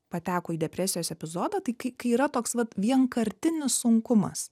pateko į depresijos epizodą tai kai kai yra toks vat vienkartinis sunkumas